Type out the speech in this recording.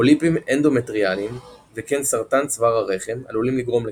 פוליפים אנדומטריאליים וכן סרטן צוואר הרחם עלולים לגרום לכך.